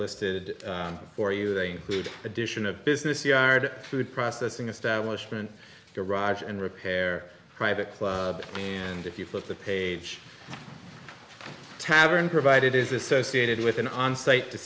listed for you they include addition of business yard food processing establishment garage and repair private and if you flip the page tavern provided is associated with an onsite